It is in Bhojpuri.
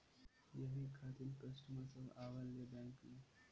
यही खातिन कस्टमर सब आवा ले बैंक मे?